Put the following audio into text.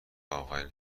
آخرین